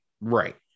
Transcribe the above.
Right